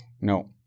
No